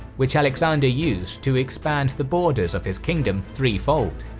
which alexander used to expand the borders of his kingdom threefold.